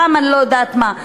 פעם אני לא יודעת מה.